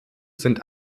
sind